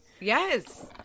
yes